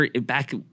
back